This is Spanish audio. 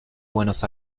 buenos